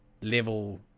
level